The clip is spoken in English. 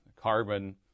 Carbon